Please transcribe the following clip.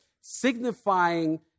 signifying